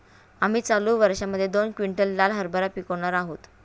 आम्ही चालू वर्षात दोन क्विंटल लाल हरभरा पिकावणार आहोत